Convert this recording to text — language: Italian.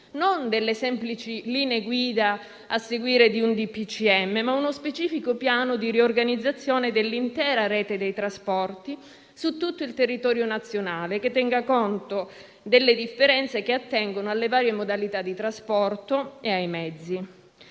Presidente del Consiglio dei ministri, ma uno specifico piano di riorganizzazione dell'intera rete dei trasporti su tutto il territorio nazionale, che tenga conto delle differenze che attengono alle varie modalità di trasporto e ai mezzi.